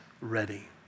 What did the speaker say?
ready